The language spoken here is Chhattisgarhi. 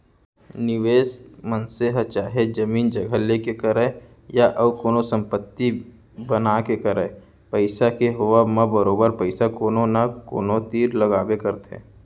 निवेस मनसे ह चाहे जमीन जघा लेके करय या अउ कोनो संपत्ति बना के करय पइसा के होवब म बरोबर पइसा कोनो न कोनो तीर लगाबे करथे